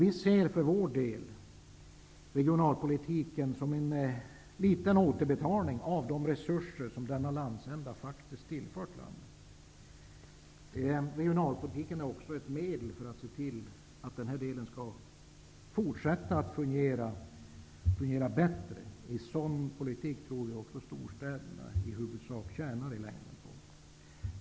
Vi ser för vår del regionalpolitiken som en liten återbetalning av de resurser som denna landsända faktiskt tillfört landet. Regionalpolitiken är också ett medel för att se till att denna del av landet skall fortsätta att fungera och även fungera bättre. Vi tror också att storstäderna i längden kommer att i huvudsak tjäna på en sådan politik.